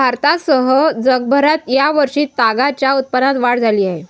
भारतासह जगभरात या वर्षी तागाच्या उत्पादनात वाढ झाली आहे